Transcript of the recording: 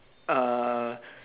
uh